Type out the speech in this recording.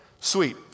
Sweet